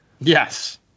yes